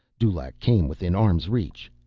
dulaq came within arm's reach.